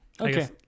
okay